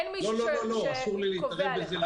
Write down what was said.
אין מישהו שקובע לך.